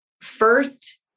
First